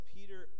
Peter